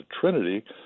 trinity